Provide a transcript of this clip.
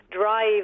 drive